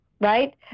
right